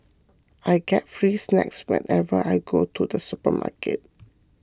I get free snacks whenever I go to the supermarket